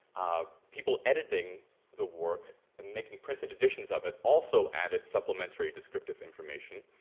people editing the work and making printed editions of it also added supplementary descriptive information.